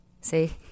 See